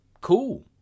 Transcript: Cool